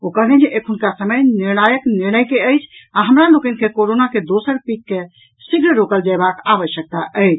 ओ कहलनि जे एखुनका समय निर्णायक निर्णय के अछि आ हमरा लोकनि के कोरोना के दोसर पीक के शीघ्र रोकल जयबाक आवश्यकता अछि